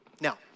Now